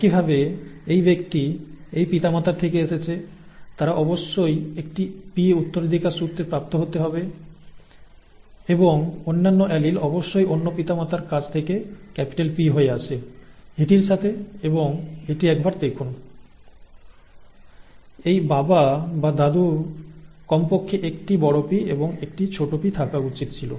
একইভাবে এই ব্যক্তি এই পিতামাতার থেকে এসেছে তাই অবশ্যই একটি p উত্তরাধিকার সূত্রে প্রাপ্ত হতে হবে এবং অন্যান্য অ্যালিল অবশ্যই অন্য পিতামাতার কাছ থেকে P হয়ে আছে এটির সাথে এবং এটি একবার দেখুন এই বাবা বা দাদুর কমপক্ষে একটি P এবং একটি p থাকা উচিত ছিল